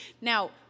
now